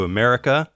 America